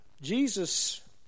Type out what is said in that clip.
jesus